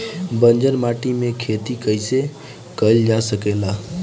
बंजर माटी में खेती कईसे कईल जा सकेला?